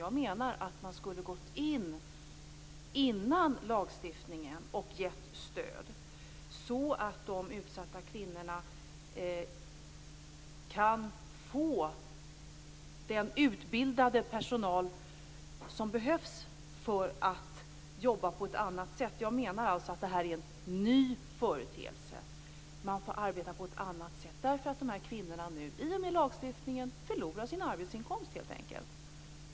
Jag menar att man skulle ha gått in före lagstiftningen och gett stöd så att de utsatta kvinnorna hade kunnat få personal med den utbildning som behövs för att jobba på ett annat sätt. Jag menar att det här är en ny företeelse och att man därför får arbeta på ett annat sätt. De här kvinnorna förlorar helt enkelt sin arbetsinkomst i och med lagstiftningen.